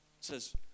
says